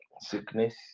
sickness